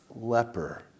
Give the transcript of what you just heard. leper